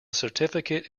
certificate